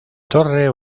torre